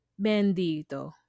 bendito